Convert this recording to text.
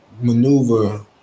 maneuver